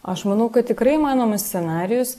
aš manau kad tikrai įmanomas scenarijus